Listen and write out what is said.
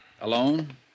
Alone